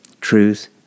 truth